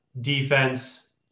defense